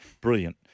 Brilliant